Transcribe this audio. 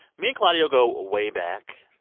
me and claudio go way back.